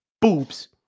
boobs